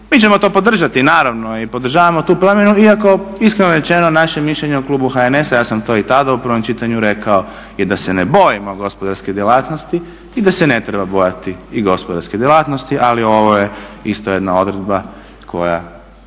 Mi ćemo to podržati naravno i podržavamo tu promjenu, iako iskreno rečeno naše mišljenje u klubu HNS-a, ja sam to i tada u prvom čitanju rekao je da se ne bojimo gospodarske djelatnosti i da se ne treba bojati gospodarske djelatnosti, ali ovo je isto jedna odredba koja